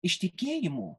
iš tikėjimų